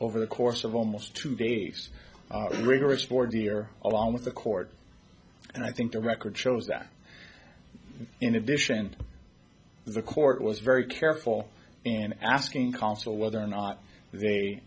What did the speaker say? over the course of almost two days rigorous forty year along with the court and i think the record shows that in addition the court was very careful in asking consul whether or not they